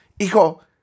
hijo